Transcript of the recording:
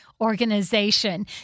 organization